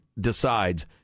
decides